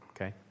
Okay